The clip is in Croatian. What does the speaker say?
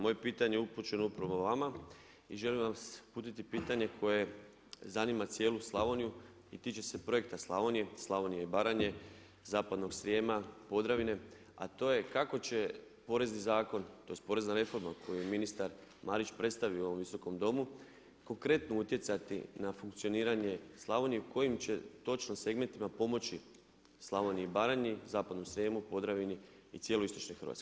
Moje pitanje je upućeno upravo vama i želim vam uputiti koje zanima cijelu Slavoniju i tiče se Projekta Slavonije, Slavonije i Baranje, zapadnog Srijema, Podravine, a to je kako će porezni zakon, tj. porezna reforma koju je ministar Marić predstavio u ovom Visokom domu konkretno utjecati na funkcioniranje Slavonije kojim će točno segmentima pomoći Slavoniji i Baranji, zapadnom Srijemu, Podravini i cijeloj Istočnoj Hrvatskoj?